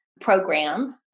program